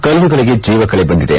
ಕಲ್ಲುಗಳಿಗೆ ಜೀವಕಳೆ ಬಂದಿದೆ